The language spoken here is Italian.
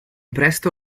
presto